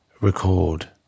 record